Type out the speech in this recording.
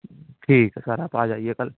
ٹھیک ہے سر آپ آ جائیے کل